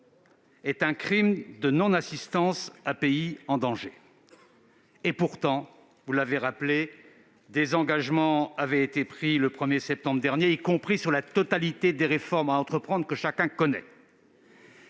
est un crime de non-assistance à pays en danger. Pourtant, vous l'avez rappelé, des engagements avaient été pris le 1 septembre dernier, y compris sur la totalité des réformes à entreprendre, que chacun connaît.